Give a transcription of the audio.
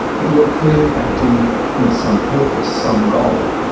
but you're clearly acting with some purpose, some goal.